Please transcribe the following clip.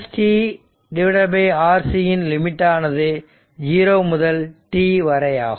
t Rc இன் limit ஆனது 0 முதல் t வரையாகும்